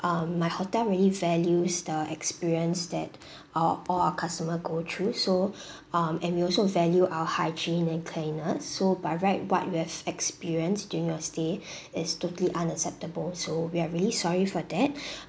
um my hotel really values the experience that all all our customer go through so um and we also value our hygiene and cleanliness so by right what you have experienced during your stay is totally unacceptable so we are really sorry for that